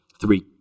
three